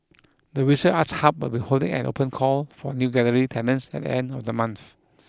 the visual arts hub will be holding an open call for new gallery tenants at the end of the month